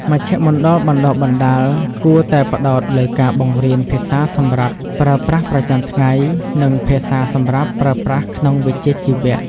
មជ្ឈមណ្ឌលបណ្តុះបណ្តាលគួរតែផ្តោតលើការបង្រៀនភាសាសម្រាប់ប្រើប្រាស់ប្រចាំថ្ងៃ និងភាសាសម្រាប់ប្រើប្រាស់ក្នុងវិជ្ជាជីវៈ។